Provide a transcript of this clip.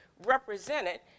represented